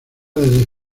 desde